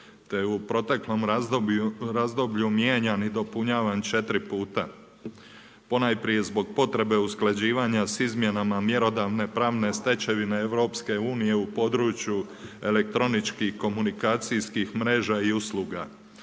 je u proteklu razdoblju mijenjan i dopunjavan 4 puta, ponajprije zbog potrebe usklađivanja s izmjenama mjerodavne pravne stečevine EU u području elektroničkih komunikacijskih mreža i usluga.